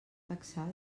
taxar